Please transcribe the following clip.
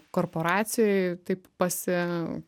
korporacijoj taip pasi